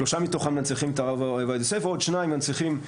שלושה מתוכם מנציחים את הרב עובדיה יוסף ועוד שניים מנציחים,